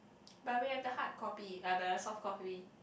but we have the hardcopy uh blah the softcopy